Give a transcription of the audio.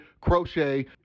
crochet